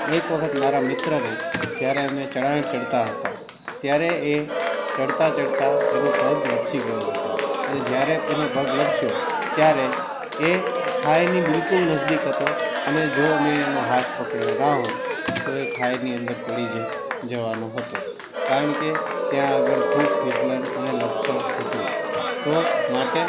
એક વખત મારા મિત્રને જયારે અમે ચઢાણ ચઢતાં હતાં ત્યારે એ ચઢતાં ચઢતાં એનો પગ લપસી ગયો હતો અને જયારે તેનો પગ લપસ્યો ત્યારે એ ખાઈની બિલકુલ નજીક હતો અને જો મેં એનો હાથ પકડ્યો ના હોત તો એ ખાઈની અંદર પડી જય જવાનો હતો કારણ કે ત્યાં આગળ ખૂબ ફિસલન અને લપસણું હતું તો માટે